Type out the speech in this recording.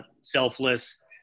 selfless